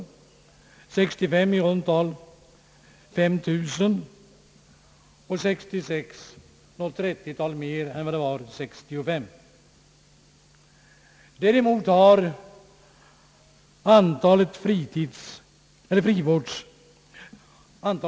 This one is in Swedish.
1965 var den i runt tal 5 000, och 1966 något trettiotal mer än 1965. Däremot har antalet frivårdsklienter ökat.